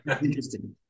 Interesting